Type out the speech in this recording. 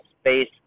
space